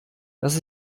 dass